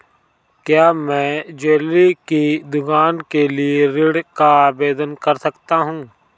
क्या मैं ज्वैलरी की दुकान के लिए ऋण का आवेदन कर सकता हूँ?